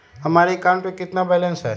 हमारे अकाउंट में कितना बैलेंस है?